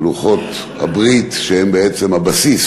לוחות הברית, שהם בעצם הבסיס